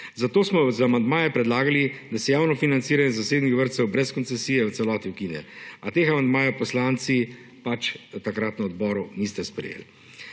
Zato smo z amandmajem predlagali, da se javno financiranje zasebnih vrtcev brez koncesije v celoti ukine, a tega amandmaja poslanci pač takrat na odboru niste sprejeli.